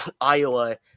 Iowa